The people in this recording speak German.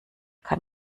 kann